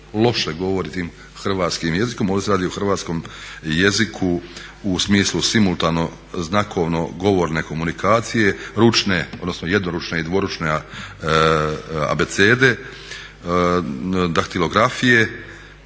loše govore tim hrvatskim jezikom. Ovdje se radi o hrvatskom jeziku u smislu simultano-znakovno-govorne komunikacije, ručne, odnosno jednoručne i dvoručne abecede, daktilografije,